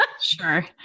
Sure